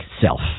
self